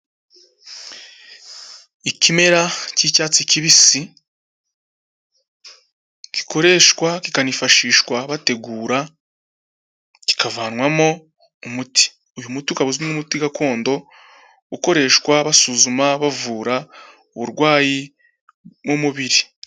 Ikimera cy'icyatsi kibisi gikoreshwa kikanifashishwa bategura kikavanwamo umuti, uyu muti ukaba uzwi nk'umuti gakondo ukoreshwa basuzuma bavura uburwayi mu mubiri.